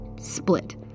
split